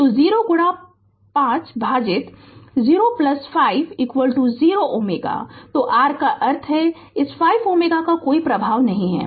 तो 0 गुणा 5 भाजित 05 0 Ω तो R का अर्थ है इस 5 Ω का कोई प्रभाव नहीं है